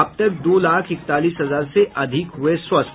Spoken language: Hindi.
अब तक दो लाख इकतालीस हजार से अधिक हुए स्वस्थ